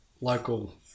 local